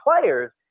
players